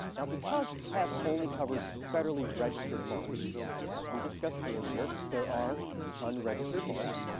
now, because tess only covers federally registered marks, and as we discussed earlier, there are unregistered marks,